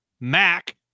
Mac